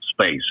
space